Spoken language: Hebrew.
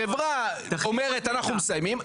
חברה אומרת אנחנו מסיימים,